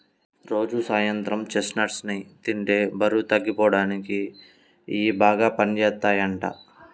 రోజూ సాయంత్రం చెస్ట్నట్స్ ని తింటే బరువు తగ్గిపోడానికి ఇయ్యి బాగా పనిజేత్తయ్యంట